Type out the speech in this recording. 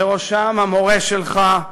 ובראשם המורה שלך,